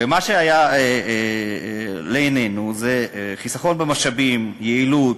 ומה שהיה לנגד עינינו זה חיסכון במשאבים, יעילות.